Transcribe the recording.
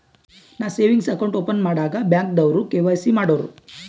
ನಾ savings account open ಮಾಡಾಗ್ ಬ್ಯಾಂಕ್ದವ್ರು ಕೆ.ವೈ.ಸಿ ಮಾಡೂರು